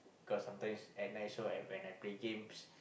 because sometimes at night so I when I play game